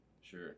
Sure